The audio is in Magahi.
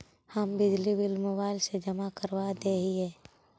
हम बिजली बिल मोबाईल से जमा करवा देहियै?